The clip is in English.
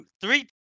three